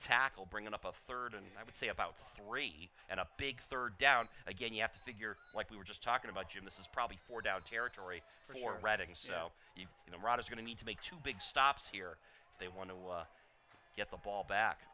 tackle bringing up a third and i would say about three and a big third down again you have to figure what we were just talking about jim this is probably four down territory for reading so if you know iran is going to need to make two big stops here if they want to get the ball back